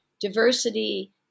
diversity